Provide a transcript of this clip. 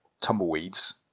tumbleweeds